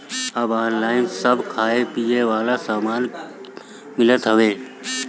अब ऑनलाइन सब खाए पिए वाला सामान मिलत हवे